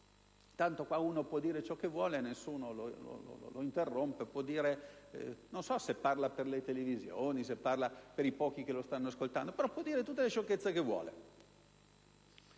Tanto qui uno può dire ciò che vuole e nessuno lo interrompe. Non so se parla per le televisioni o per i pochi che lo stanno ascoltando, ma può dire tutte le sciocchezze che vuole.